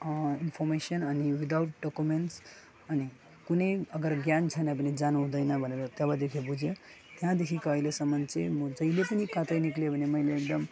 information अनि without documents अनि कुनै अगर ज्ञान छैन भने जानुहुँदैन भनेर तबदेखि बुझेँ त्यहाँदेखिको अहिलेसम्मन चाहिँ म जहिले पनि कतै निक्ल्यो भने मैले एकदम